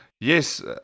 yes